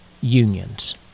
unions